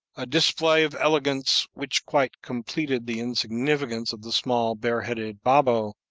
a display of elegance which quite completed the insignificance of the small bare-headed babo,